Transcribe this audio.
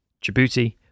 Djibouti